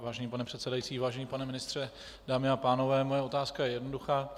Vážený pane předsedající, vážený pane ministře, dámy a pánové, moje otázka je jednoduchá.